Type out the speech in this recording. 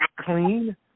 clean